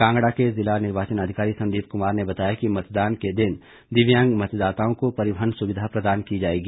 कांगड़ा के जिला निर्वाचन अधिकारी संदीप कुमार ने बताया कि मतदान के दिन दिव्यांग मतदाताओं को परिवहन सुविधा प्रदान की जाएगी